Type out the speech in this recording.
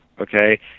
Okay